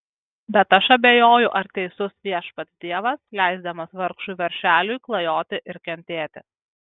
bet aš abejoju ar teisus viešpats dievas leisdamas vargšui veršeliui klajoti ir kentėti